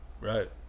Right